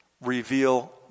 reveal